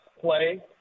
play